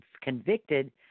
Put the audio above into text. convicted